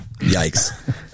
yikes